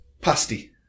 pasty